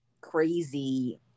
crazy